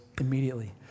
immediately